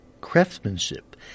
craftsmanship